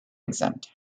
exempt